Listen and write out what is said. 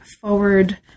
forward